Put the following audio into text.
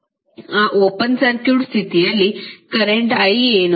ಆ open circuit ಸ್ಥಿತಿಯಲ್ಲಿ current I ಏನು